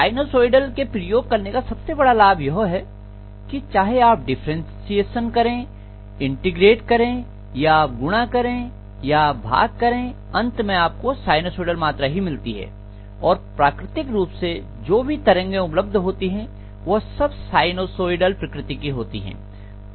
sinusoidal के प्रयोग करने का सबसे बड़ा लाभ यह है की चाहे आप डिफरेंटशिएट करें इंटीग्रेट करें या आप गुणा करें या आप भाग करें अंत में आपको साइनसोइडल मात्रा ही मिलती है और प्राकृतिक रूप से जो भी तरंगे उपलब्ध होती हैं वह सब साइनसोइडल प्रकृति की होती हैं